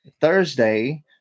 Thursday